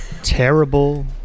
Terrible